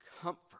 comfort